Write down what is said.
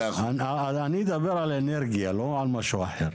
100%. אני אדבר על אנרגיה, לא על משהו אחר.